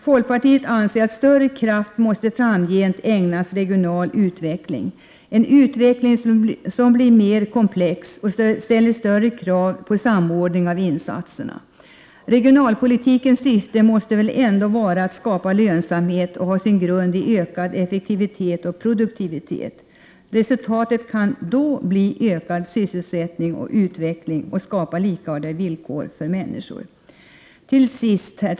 Folkpartiet anser att större kraft framgent måste ägnas regional utveckling, en utveckling som blir mer komplex och ställer större krav på samordning av insatserna. Regionalpolitikens syfte måste väl ändå vara att skapa lönsamhet och ha sin grund i ökad effektivitet och produktivitet. Resultatet kan då bli ökad sysselsättning och utveckling och skapa 25 likartade villkor för människor. Herr talman!